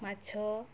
ମାଛ